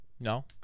no